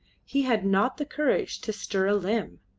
he had not the courage to stir a limb.